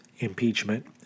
impeachment